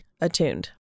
attuned